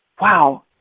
wow